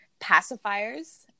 Pacifiers